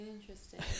Interesting